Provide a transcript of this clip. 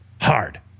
hard